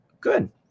Good